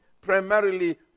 primarily